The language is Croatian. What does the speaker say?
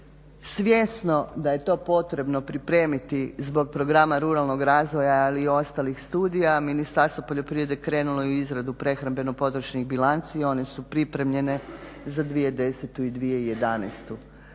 Svjesno da je to pripremiti zbog programa ruralnog razvoja ali i ostalih studija Ministarstvo poljoprivrede krenulo je u izradu prehrambeno područnih bilanci. One su pripremljene za 2010. i 2011. u